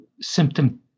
symptom